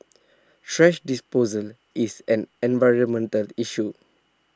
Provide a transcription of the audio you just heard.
thrash disposal is an environmental issue